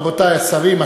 רבותי השרים,